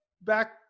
back